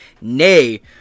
Nay